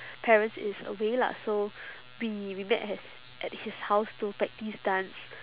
parents is away lah so we we met at at his house to practise dance